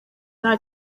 nta